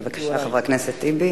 בבקשה, חבר הכנסת טיבי.